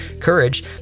courage